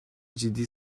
ciddi